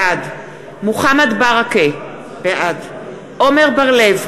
בעד מוחמד ברכה, בעד עמר בר-לב,